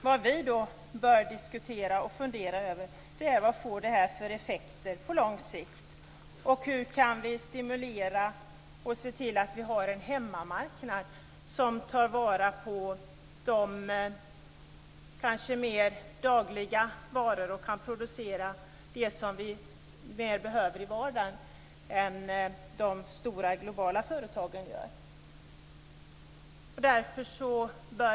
Vad vi bör fundera över och diskutera är vad detta får för effekter på lång sikt. Hur kan vi stimulera en hemmamarknad att producera mera dagligvaror än vad de stora globala företagen gör?